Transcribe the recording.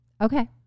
Okay